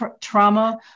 trauma